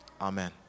Amen